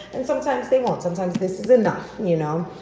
and sometimes they won't, sometimes this is enough, you know,